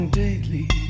daily